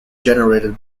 generated